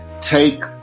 take